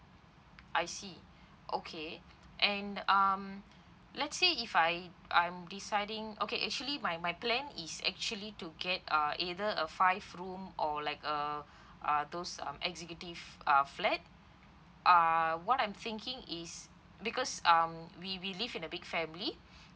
I see okay and um let's say if I I'm deciding okay actually my my plan is actually to get a either a five room or like uh uh those um executive uh flat uh what I'm thinking is because um we we live in a big family